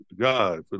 God